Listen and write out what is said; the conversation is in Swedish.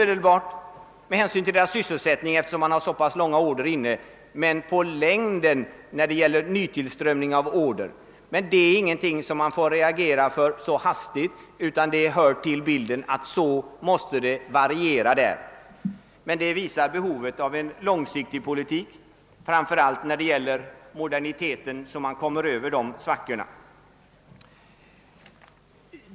Detta sker inte omedelbart, eftersom man har så pass långa order inne, men i längden när det gäller nytillströmningen av order kommer det att märkas. Det är inte någonting som man får reagera för så hastigt, utan det hör till bilden att så måste det variera inom denna bransch. Det visar dock behovet av en långsiktig politik, framför allt när det gäller moderniteter, så att man kommer över dessa svackor.